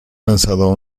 lanzado